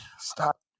stop